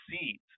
seeds